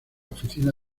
oficina